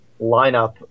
lineup